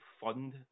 fund